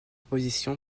proposition